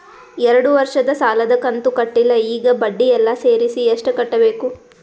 ಎರಡು ವರ್ಷದ ಸಾಲದ ಕಂತು ಕಟ್ಟಿಲ ಈಗ ಬಡ್ಡಿ ಎಲ್ಲಾ ಸೇರಿಸಿ ಎಷ್ಟ ಕಟ್ಟಬೇಕು?